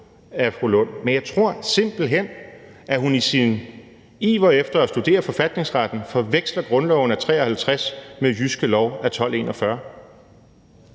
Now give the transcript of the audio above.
men jeg tror simpelt hen, at hun i sin iver efter at studere forfatningsretten forveksler grundloven af 1953 med Jyske Lov af 1241.